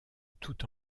tout